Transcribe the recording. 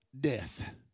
death